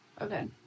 Okay